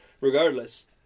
regardless